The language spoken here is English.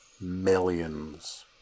millions